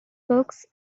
books